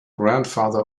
grandfather